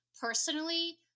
personally